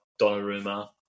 Donnarumma